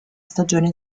stagione